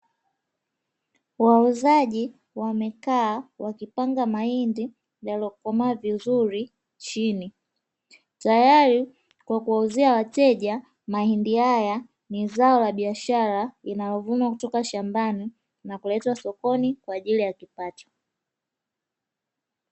Wauzaji wamekaa wakipanga mahindi yaliyokomaa vizuri chini, tayari kwa kuwauzia wateja. Mahindi haya ni zao la biashara linalovunwa kutoka shambani na kuletwa sokoni kwa ajili ya kipato.